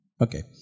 Okay